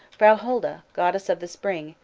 frau holda, goddess of the spring,